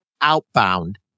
Outbound